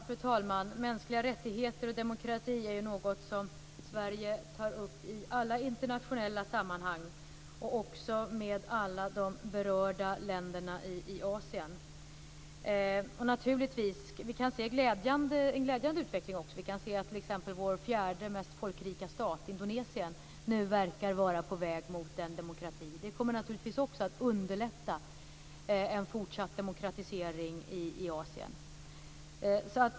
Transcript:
Fru talman! Mänskliga rättigheter och demokrati är något som Sverige tar upp i alla internationella sammanhang, även med alla de berörda länderna i Vi kan se en glädjande utveckling också. Vår fjärde mest folkrika stat, Indonesien, verkar nu vara på väg mot demokrati. Det kommer naturligtvis också att underlätta en fortsatt demokratisering i Asien.